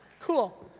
cool.